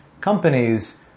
companies